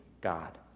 God